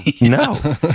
No